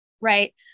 Right